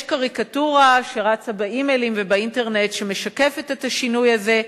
יש קריקטורה שרצה באימיילים ובאינטרנט שמשקפת את השינוי הזה,